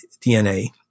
DNA